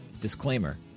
Disclaimer